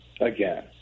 again